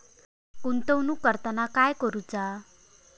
गुंतवणूक करताना काय करुचा?